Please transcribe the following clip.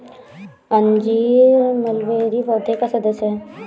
अंजीर मलबेरी पौधे का सदस्य है